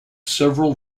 several